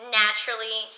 naturally